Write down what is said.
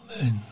Amen